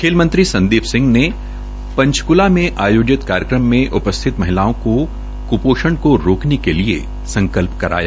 खेल मंत्री संदीप सिंह ने पंचकला में आयोजित कार्यक्रम में उपस्थित महिलाओं को कृपोषण को रोकने के लिए संकल्प कराया